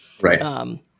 Right